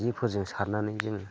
जेफोरजों सारनानै जों